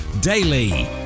daily